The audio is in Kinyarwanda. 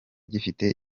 gifite